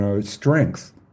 strength